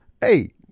Hey